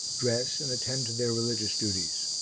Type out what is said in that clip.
dress and attend to their religious duties.